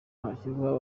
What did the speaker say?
hashyirwaho